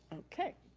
okay.